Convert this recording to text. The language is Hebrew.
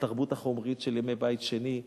מהתרבות החומרית של ימי בית שני,